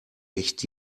echt